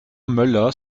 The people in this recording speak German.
möller